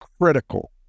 Critical